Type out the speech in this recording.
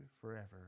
forever